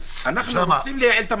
אנו רוצים לייעל את המערכת,